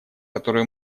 которую